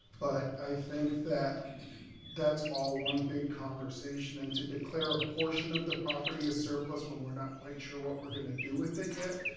but i think that that's all one big conversation and to declare a portion of the property a surplus when we're not quite sure what we're gonna do with it yet,